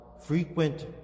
frequent